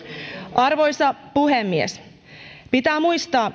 arvoisa puhemies pitää muistaa